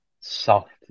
soft